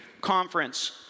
conference